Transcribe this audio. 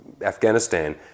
Afghanistan